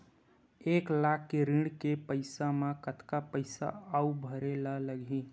एक लाख के ऋण के पईसा म कतका पईसा आऊ भरे ला लगही?